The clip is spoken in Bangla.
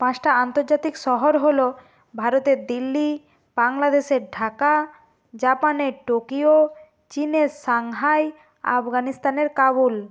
পাঁচটা আন্তর্জাতিক শহর হলো ভারতের দিল্লি বাংলাদেশের ঢাকা জাপানের টোকিও চীনের সাংহাই আফগানিস্তানের কাবুল